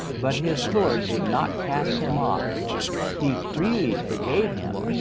but his lord did not cast him off he freely forgave him.